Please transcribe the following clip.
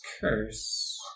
curse